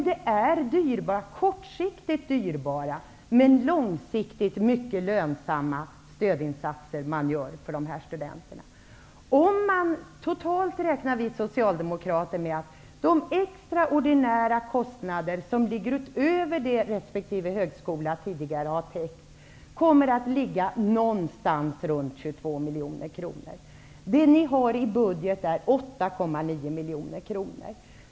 Det är fråga om kortsiktigt mycket dyrbara men långsiktigt mycket lönsamma stödinsatser som görs för dessa studenter. Totalt räknar vi socialdemokrater med att de extraordinära kostnader som ligger utöver det resp. högskola tidigare har täckt själv kommer att vara ca 22 miljoner kronor. Ni har budgeterat för 8,9 miljoner kronor.